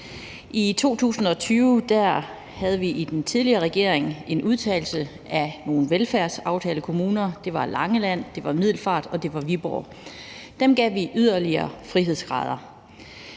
I 2020 foretog vi i den tidligere regering en udtagelse af nogle velfærdsaftalekommuner: Det var Langeland, det var Middelfart, og det var Viborg. Dem gav vi yderligere frihedsgrader.